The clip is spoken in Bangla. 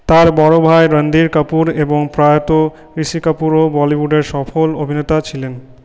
তার বড় ভাই রণধীর কাপুর এবং প্রয়াত ঋষি কাপুরও বলিউডের সফল অভিনেতা ছিলেন